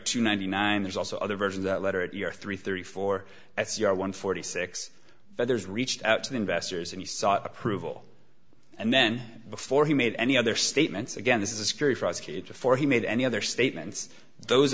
two ninety nine there's also other versions that letter and your three thirty four s you are one forty six but there's reached out to the investors and you sought approval and then before he made any other statements again this is a scary prosecutor for he made any other statements those